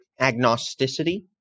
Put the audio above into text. agnosticity